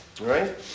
right